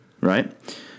right